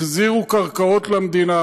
החזירו קרקעות למדינה.